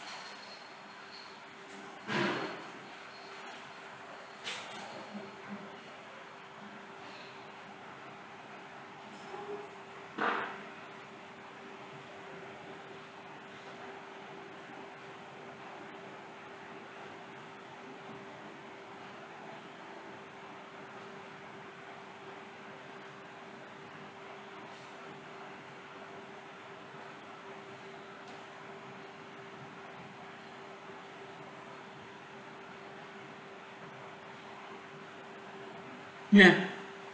ya